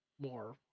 more